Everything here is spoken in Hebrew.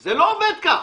זה לא עובד כך.